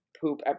poop